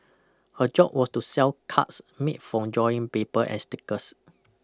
her job was to sell cards made from drawing paper and stickers